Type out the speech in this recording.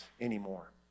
anymore